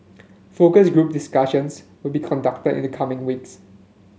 focus group discussions will be conducted in the coming weeks